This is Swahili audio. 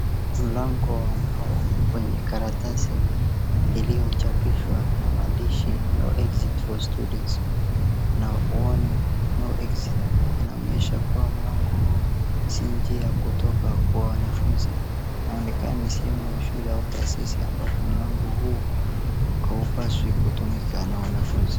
Mlango ambao kwenye karatasi iliyochapishwa na maandishi no exit for students na warning no exit inaonyesha kuwa mlango huu si njia ya kutoka kwa wanafunzi, inaonekana ni shehemu ya shule au taasisi ambapo mlango huu haupaswi kutumika na wanafunzi.